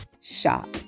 shop